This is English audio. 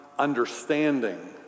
understanding